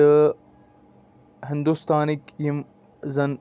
تہٕ ہِندُستانٕکۍ یِم زَن